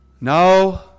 Now